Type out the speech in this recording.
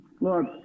Look